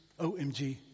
OMG